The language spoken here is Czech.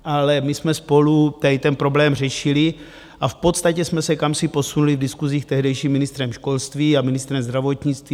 Ale my jsme spolu tady ten problém řešili a v podstatě jsme se kamsi posunuli v diskusích s tehdejším ministrem školství a ministrem zdravotnictví.